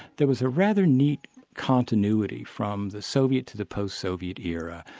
there was a rather neat continuity from the soviet to the post-soviet era,